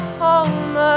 home